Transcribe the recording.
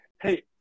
Hey